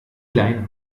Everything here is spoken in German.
leine